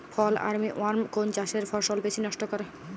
ফল army worm কোন চাষের ফসল বেশি নষ্ট করে?